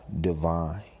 divine